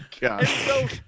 God